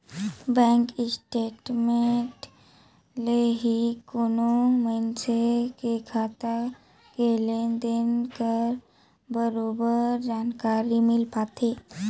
bank statement ले ही कोनो मइनसे के खाता के लेन देन कर बरोबर जानकारी मिल पाथे